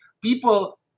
People